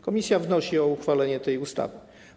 Komisja wnosi o uchwalenie tej ustawy.